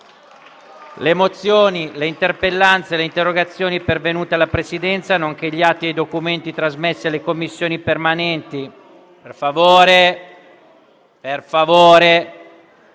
Le mozioni, le interpellanze e le interrogazioni pervenute alla Presidenza, nonché gli atti e i documenti trasmessi alle Commissioni permanenti ai sensi